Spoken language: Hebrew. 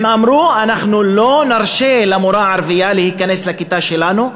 הם אמרו: אנחנו לא נרשה למורה הערבייה להיכנס לכיתה שלנו,